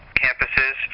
campuses